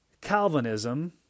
Calvinism